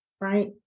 Right